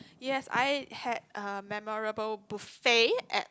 yes I had a memorable buffet at